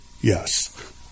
Yes